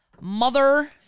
Mother